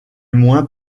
moins